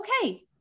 okay